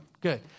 good